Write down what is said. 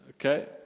Okay